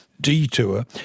detour